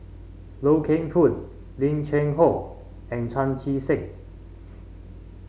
Loy Keng Foo Lim Cheng Hoe and Chan Chee Seng